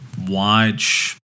watch